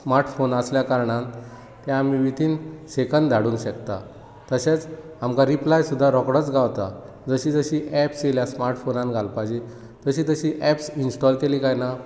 smartphone आसल्या कारणान ते आमी आतां विदिन सेकंद धाडूंक शकता तशेंच आमकां रिप्लाय सुद्दां रोखडोच गावता जशी एप्स येल्यात स्मार्ट फोनान घालपाची तशी तशी एप्स इन्सटॉल केली की ना